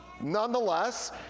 Nonetheless